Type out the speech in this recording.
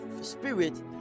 spirit